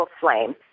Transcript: flame